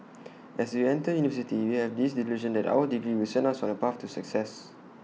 as we enter university we have this delusion that our degree will send us on A path to success